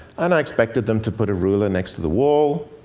and i expected them to put a ruler next to the wall,